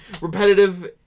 Repetitive